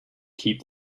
keep